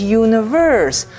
universe